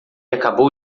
acabou